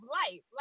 life